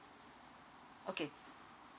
okay